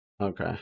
Okay